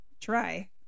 try